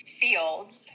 fields